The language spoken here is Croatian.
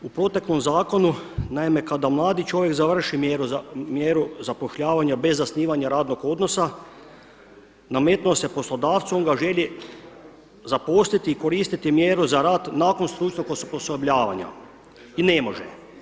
U proteklom zakonu, naime kada mladi čovjek završi mjeru zapošljavanja bez zasnivanja radnog odnosa nametnuo se poslodavcu, on ga želi zaposliti i koristiti mjeru za rad nakon stručnog osposobljavanja i ne može.